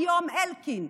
היום אלקין,